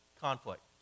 conflict